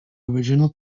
original